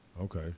okay